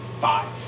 five